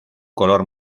color